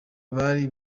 bari